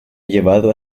llevado